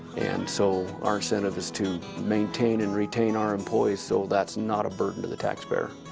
and so our incentive is to maintain and retain our employees so that's not a burden to the tax payer.